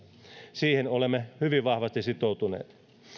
siihen olemme hyvin vahvasti sitoutuneet